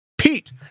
Pete